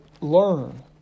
learn